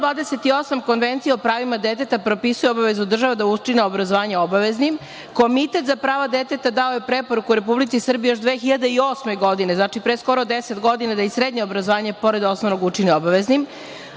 28. Konvencije o pravima deteta propisuje obavezu država da učine obrazovanje obaveznim. Komitet za prava deteta dao je preporuku Republici Srbiji još 2008. godine, znači pre skoro 10 godina, da i srednje obrazovanje, pored osnovnog, učini obaveznim,